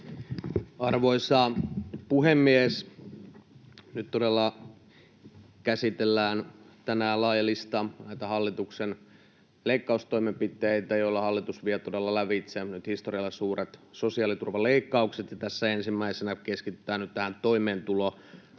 Arvoisa puhemies! Tänään käsitellään laaja lista hallituksen leikkaustoimenpiteitä, joilla hallitus todella nyt vie lävitse historiallisen suuret sosiaaliturvaleikkaukset, ja tässä ensimmäisenä keskitytään toimeentulotukeen.